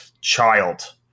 child